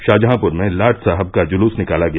शाहजहांपुर में लाट साहब का जुलूस निकाला गया